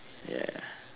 ya